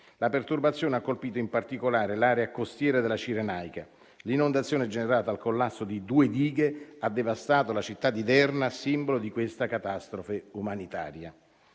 La perturbazione ha colpito in particolare l'area costiera della Cirenaica. L'inondazione generata dal collasso di due dighe ha devastato la città di Derna, simbolo di questa catastrofe umanitaria.